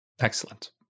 Excellent